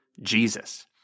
Jesus